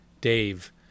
Dave